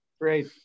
great